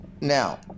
Now